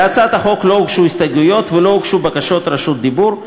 להצעת החוק לא הוגשו הסתייגויות ולא הוגשו בקשות רשות דיבור.